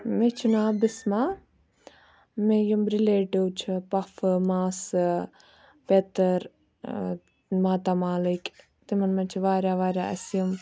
مےٚ چھُ ناو بِسما مےٚ یِم رِلیٹِو چھِ پۄفہٕ ماسہٕ پیٚتٕر ماتامالٕکۍ تِمَن مَنٛز چھِ واریاہ واریاہ اَسہِ یِم